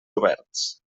oberts